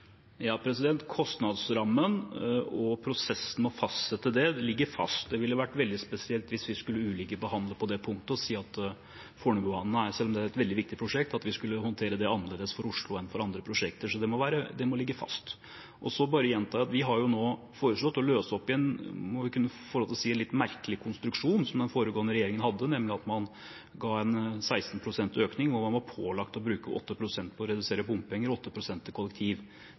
Kostnadsrammen og prosessen med å fastsette det ligger fast. Det ville være veldig spesielt hvis vi skulle ulikebehandle på det punktet og si at Fornebubanen, selv om det er et veldig viktig prosjekt, skulle håndteres annerledes for Oslo enn andre prosjekter. Så det må ligge fast. Så bare gjentar jeg at vi nå har foreslått å løse opp igjen en, må vi få lov å si, litt merkelig konstruksjon som den foregående regjeringen hadde, nemlig at man ga 16 pst. økning, hvor man var pålagt å bruke 8 pst. på å redusere bompenger og 8 pst. til kollektiv.